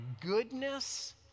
goodness